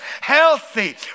healthy